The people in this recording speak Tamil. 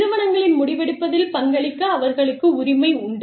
நிறுவனங்களின் முடிவெடுப்பதில் பங்களிக்க அவர்களுக்கு உரிமை உண்டு